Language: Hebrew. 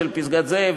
פסגת-זאב,